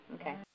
Okay